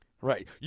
Right